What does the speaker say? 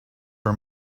her